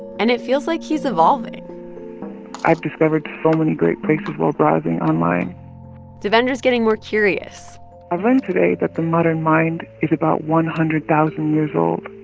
and it feels like he's evolving i've discovered so many great places while browsing online devendra's getting more curious i've learned today that the modern mind is about one hundred thousand years old.